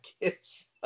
kids